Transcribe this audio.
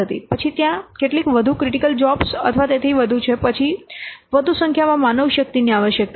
પછી ત્યાં કેટલીક વધુ ક્રિટિકલ જોબ્સ અથવા તેથી વધુ છે પછી વધુ સંખ્યામાં માનવ શક્તિની આવશ્યકતા છે